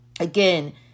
Again